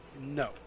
No